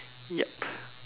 yup